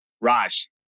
Raj